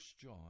John